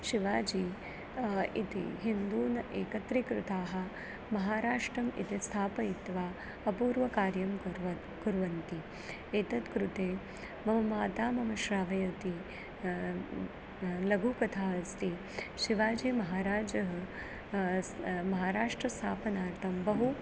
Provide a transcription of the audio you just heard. शिवाजी इति हिन्दून् एकत्री कृताः महाराष्ट्रम् इति स्थापयित्वा अपूर्वकार्यं कुर्वत् कुर्वन्ति एतत् कृते मम माता मम श्रावयति लघुकथा अस्ति शिवाजीमहाराजः महाराष्ट्रं स्थापनार्थं बहु